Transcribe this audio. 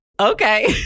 Okay